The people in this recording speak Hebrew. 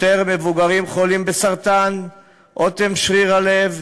מבוגרים חולים בסרטן ובאוטם שריר הלב,